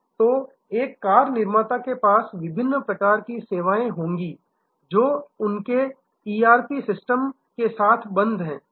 तो एक कार निर्माता के पास विभिन्न प्रकार की सेवाएं होंगी जो उनके ईआरपी सिस्टम के साथ बंद हैं